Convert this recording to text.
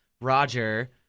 Roger